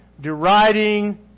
deriding